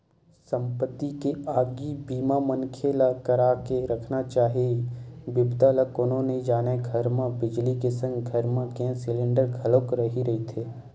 संपत्ति के आगी बीमा मनखे ल करा के रखना चाही बिपदा ल कोनो नइ जानय घर म बिजली के संग घर म गेस सिलेंडर घलोक रेहे रहिथे